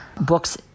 books